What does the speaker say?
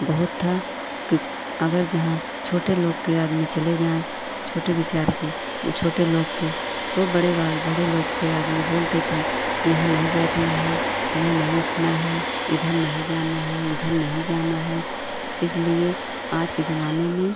बहुत था कि अगर जहाँ छोटे लोग के आदमी चले जाएँ छोटे विचार के ऊ छोटे लोग के तो बड़े वाले बड़े लोग के आदमी बोलते थे कि यहाँ नहीं बैठना है यहाँ नहीं उठना है इधर नहीं जाना है उधर नहीं जाना है इसलिए आज के ज़माने में